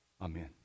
Amen